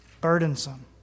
burdensome